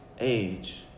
age